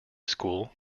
school